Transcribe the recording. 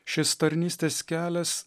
šis tarnystės kelias